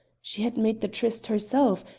she had made the tryst herself,